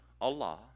Allah